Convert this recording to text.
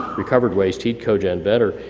recovered waste heat coal gen better.